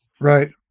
Right